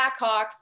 Blackhawks